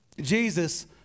Jesus